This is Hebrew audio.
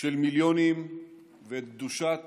של מיליונים ואת קדושת